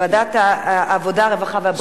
לא, ועדת העבודה, הרווחה והבריאות.